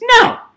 No